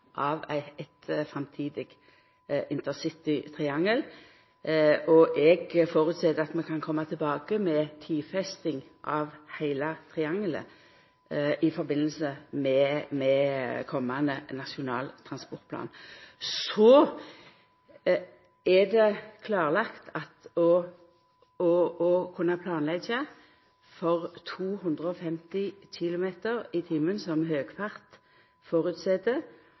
av eit framtidig intercitytriangel. Eg føreset at vi kan koma tilbake med tidfesting av heile triangelet i samband med komande nasjonale transportplan. Så er det klarlagt for å kunna planleggja for 250 km/t, som høgfart